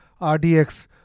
RDX